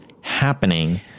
happening